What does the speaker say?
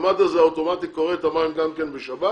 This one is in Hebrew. המד הזה אוטומטית קורא את המים גם כן בשבת?